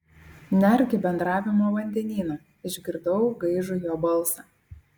nerk į bendravimo vandenyną išgirdau gaižų jo balsą